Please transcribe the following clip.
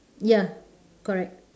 ya correct